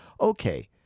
Okay